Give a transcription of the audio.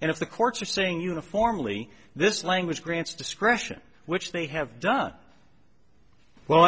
and if the courts are saying uniformly this language grants discretion which they have done well